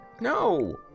No